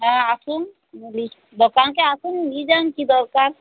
হ্যাঁ আসুন বলি দোকানকে আসুন নিয়ে যান কী দরকার